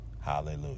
Hallelujah